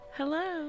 hello